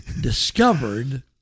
discovered